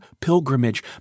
pilgrimage